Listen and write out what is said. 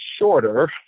shorter